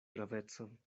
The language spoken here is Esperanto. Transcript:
gravecon